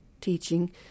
teaching